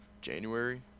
January